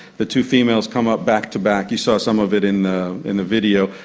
the two females come up back to back, you saw some of it in the in the video,